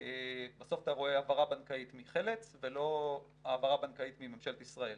בסוף אתה רואה העברה בנקאית מחל"צ ולא העברה בנקאית מממשלת ישראל.